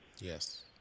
Yes